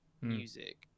music